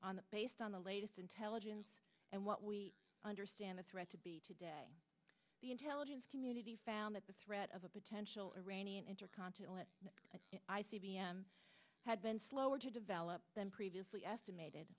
today based on the latest intelligence and what we understand the threat to be today the intelligence community found that the threat of a potential iranian intercontinental i c b m had been slower to develop than previously estimated